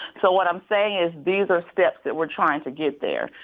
so what i'm saying is these are steps that we're trying to get there.